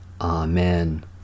Amen